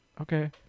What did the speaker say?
okay